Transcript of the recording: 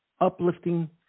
uplifting